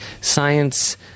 science